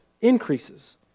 increases